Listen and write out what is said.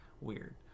weird